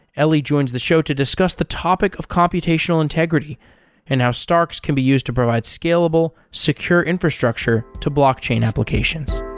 ellie joins the show to discuss the topic of computational integrity and how starks can be used to provide scalable, secure infrastructure to blockchain applications.